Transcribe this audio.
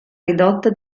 ridotta